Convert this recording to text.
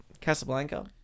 Casablanca